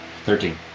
Thirteen